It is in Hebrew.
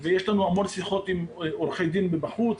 ויש לנו המון שיחות עם עורכי דין מבחוץ,